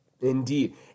Indeed